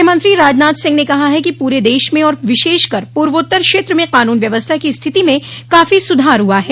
ग्रहमंत्री राजनाथ सिंह ने कहा है कि पूरे दश में और विशेषकर पूर्वोत्तर क्षेत्र में कानून व्यवस्था की स्थिति में काफी सुधार हुआ है